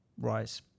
rise